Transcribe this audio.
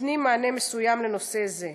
נותנים מענה מסוים לנושא זה.